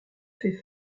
fait